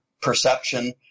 perception